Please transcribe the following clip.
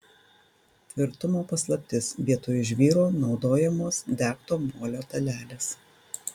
tvirtumo paslaptis vietoj žvyro naudojamos degto molio dalelės